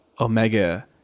Omega